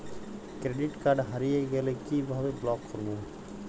Credit card হারিয়ে গেলে কি ভাবে ব্লক করবো?